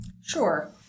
Sure